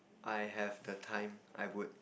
I have the time I would